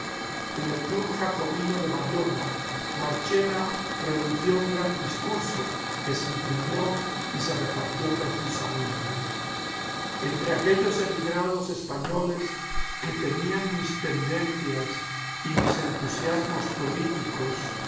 en el club jacobino de bayona marchena pronunció un gran discurso que se imprimió y se repartió profusamente entre aquellos emigrados españoles que tenían mis tendencias y mis entusiasmos políticos